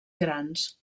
grans